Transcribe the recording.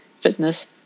fitness